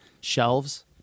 shelves